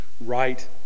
right